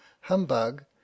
humbug